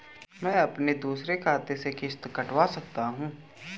मैं अपने दूसरे खाते से किश्त कटवा सकता हूँ?